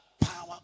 power